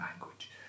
language